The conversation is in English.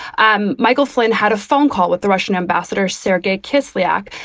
um michael flynn had a phone call with the russian ambassador, sergei kislyak,